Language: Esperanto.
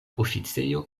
oficejo